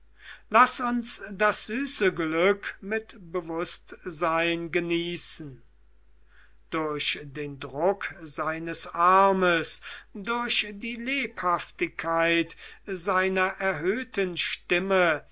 laß uns das süße glück mit bewußtsein genießen durch den druck seines armes durch die lebhaftigkeit seiner erhöhten stimme